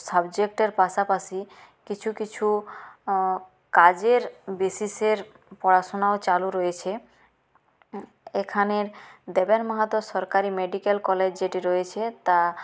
সাবজেক্টের পাশাপাশি কিছু কিছু কাজের বেসিসের পড়াশোনাও চালু রয়েছে এখানের দেবেন মাহাতো সরকারি মেডিকেল কলেজ যেটি রয়েছে তা